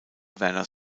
werner